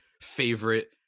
favorite